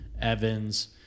Evans